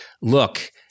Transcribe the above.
look